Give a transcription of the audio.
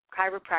chiropractic